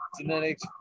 genetics